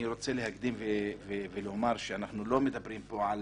אני רוצה להקדים ולומר, שאנחנו לא מדברים פה על